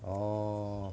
orh